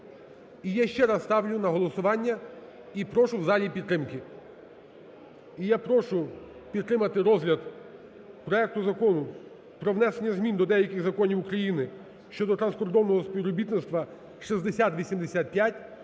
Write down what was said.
і я ще раз ставлю на голосування, і прошу в залі підтримки. І я прошу підтримати розгляд проекту Закону про внесення змін до деяких законів України щодо транскордонного співробітництва (6085)